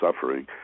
suffering